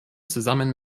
zusammen